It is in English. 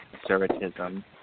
conservatism